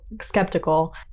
skeptical